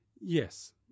Yes